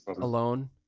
Alone